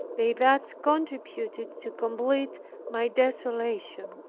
they thus contributed to complete my desolation.